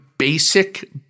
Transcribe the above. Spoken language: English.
Basic